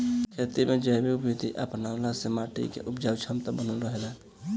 खेती में जैविक विधि अपनवला से माटी के उपजाऊ क्षमता बनल रहेला